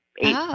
eight